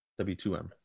w2m